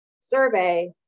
survey